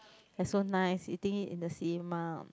that's so nice eating it in the cinema